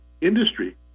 industry